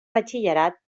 batxillerat